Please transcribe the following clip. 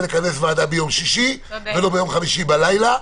שתתכנס ועדה ביום שישי או חמישי בלילה.